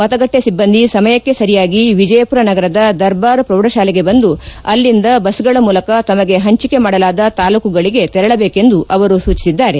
ಮತಗಟ್ಟೆ ಸಿಬ್ಬಂದಿ ಸಮಯಕ್ಕೆ ಸರಿಯಾಗಿ ವಿಜಯಪುರ ನಗರದ ದರ್ಬಾರ್ ಪ್ರೌಢಶಾಲೆಗೆ ಬಂದು ಅಲ್ಲಿಂದ ಬಸ್ಗಳ ಮೂಲಕ ತಮಗೆ ಪಂಚಿಕೆ ಮಾಡಲಾದ ತಾಲ್ಲೂಕುಗಳಿಗೆ ತೆರಳಬೇಕೆಂದು ಅವರು ಸೂಚಿಸಿದ್ದಾರೆ